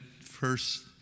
first